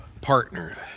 Partner